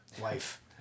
wife